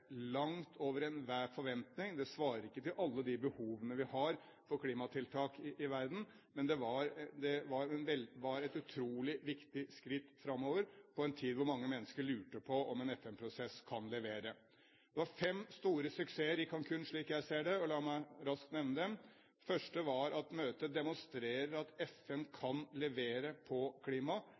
langt over enhver forventning. Det svarer ikke til alle de behovene vi har for klimatiltak i verden, men det var et utrolig viktig skritt framover i en tid hvor mange mennesker lurte på om en FN-prosess kan levere. Det var fem store suksesser i Cancún, slik jeg ser det, og la meg raskt nevne dem: Den første var at møtet demonstrerer at FN kan levere på klima.